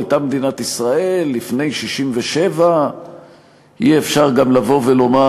הייתה מדינת ישראל לפני 1967. אי-אפשר גם לבוא ולומר: